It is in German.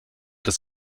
das